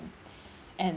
and